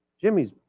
Jimmy's